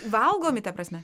valgomi ta prasme